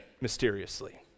mysteriously